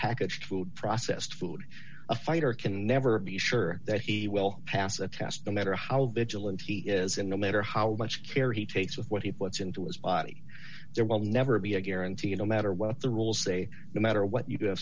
packaged food processed food a fighter can never be sure that he will pass a test the matter how digital and he is and no matter how much care he takes with what he puts into his body there will never be a guarantee you no matter what the rules say no matter what you